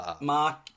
Mark